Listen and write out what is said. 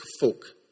folk